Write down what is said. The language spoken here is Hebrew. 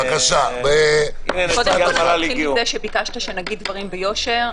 קודם כל נתחיל מזה שביקשת שנגיד דברים ביושר.